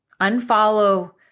unfollow